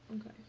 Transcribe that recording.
Okay